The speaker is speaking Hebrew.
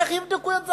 איך יבדקו את זה?